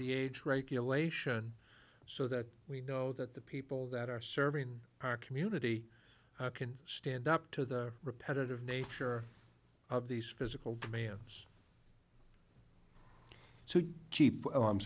the age regulation so that we know that the people that are serving our community can stand up to the repetitive nature of these physical demands so cheap